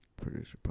producer